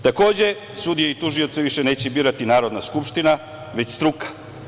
Takođe, sudije i tužioce više neće birati Narodna skupština, već struka.